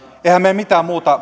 eihän meillä mitään muuta